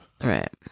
Right